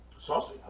Saucy